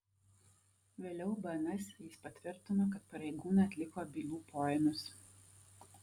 vėliau bns jis patvirtino kad pareigūnai atliko bylų poėmius